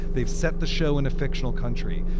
they've set the show in a fictional country.